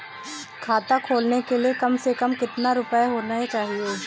खाता खोलने के लिए कम से कम कितना रूपए होने चाहिए?